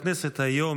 היום,